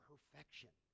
perfection